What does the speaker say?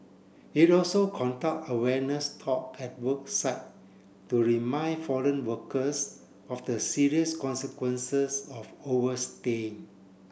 it also conduct awareness talk at work site to remind foreign workers of the serious consequences of overstaying